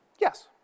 Yes